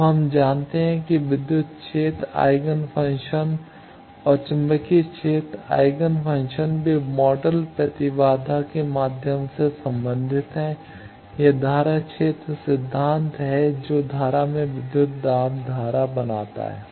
अब हम जानते हैं कि विद्युत क्षेत्र आइजनफंक्शन e x y और चुंबकीय क्षेत्र आइजनफंक्शन h x y वे मोडल प्रतिबाधा jω के माध्यम से संबंधित हैं यह धारा क्षेत्र सिद्धांत है जो धारा में विद्युत दाब धारा बनाता है